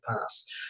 past